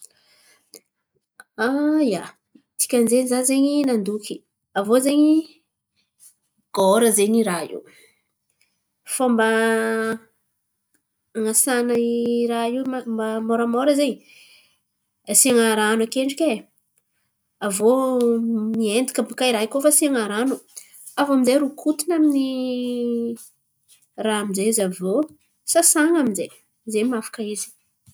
Ia, dikany zen̈y za zen̈y nandoky aviô zen̈y gôra zen̈y i raha io. Fomba an̈asana i raha io maha moramora zen̈y, asian̈a rano akendriky e. Aviô mihaindaka baka i raha io koa fa asian̈a rano. Aviô aminjay rokotin̈y amin'ny raha aminjay izy aviô sasan̈a aminjay zen̈y mahafaka izy.